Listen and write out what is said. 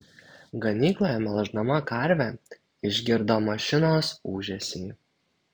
ganykloje melždama karvę išgirdo mašinos ūžesį